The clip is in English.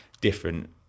different